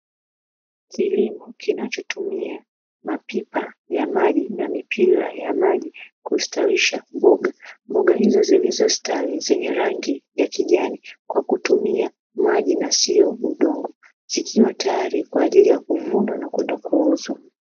Kilomo kinachotumia mapipa ya maji na mipira ya maji kusitawisha mboga, mboga hizo zilizositawi kwa rangi ya kijani kwa kutumia maji na sio udongo zikiwa tayari kwa ajili ya kuvunwa na kwenda kuuzwa.